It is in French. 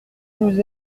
nous